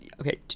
okay